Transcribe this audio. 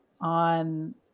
on